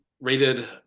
rated